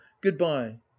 good-bye